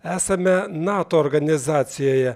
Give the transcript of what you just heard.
esame nato organizacijoje